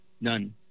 None